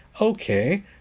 okay